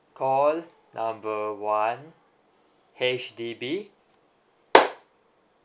call number one H_D_B